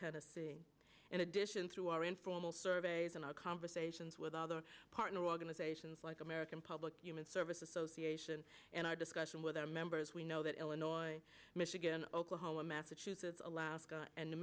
with in addition to our informal surveys and our conversations with other partner organizations like american public human service association and our discussion with our members we know that illinois michigan oklahoma massachusetts alaska and new